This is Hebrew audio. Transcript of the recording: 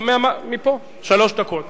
שלוש דקות.